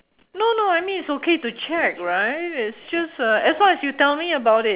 no no I mean it's okay to check right it's just uh as long as you tell me about it